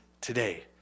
today